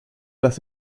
las